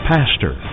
Pastor